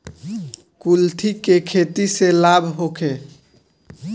कुलथी के खेती से लाभ होखे?